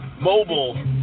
Mobile